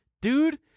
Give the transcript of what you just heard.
dude